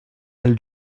del